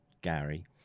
Gary